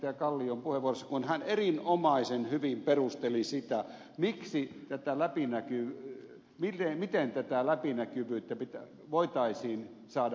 kallion puheenvuorossa kun hän erinomaisen hyvin perusteli sitä miten tätä läpinäkyvyyttä voitaisiin saada esiin